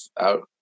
out